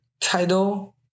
title